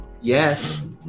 Yes